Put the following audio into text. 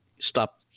stop